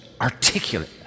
Articulate